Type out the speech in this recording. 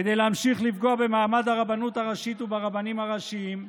כדי להמשיך לפגוע במעמד הרבנות הראשית וברבנים הראשיים,